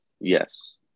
Yes